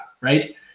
right